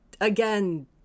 again